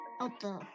Okay